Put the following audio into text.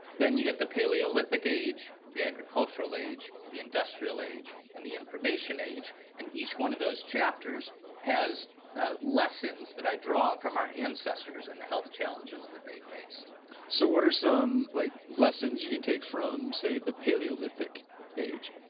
then you get the paleolithic age, the agricultural age, the industrial age, and the information age and each one of those chapters has ah lessons that i draw from our ancestors and the health changes that they faced so, what are some like lessons you can take from say the paleolithic age?